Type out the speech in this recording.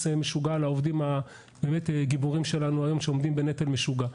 כזה משוגע על העובדים הגיבורים שלנו שעומדים היום בנטל משוגע.